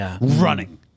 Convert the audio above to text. Running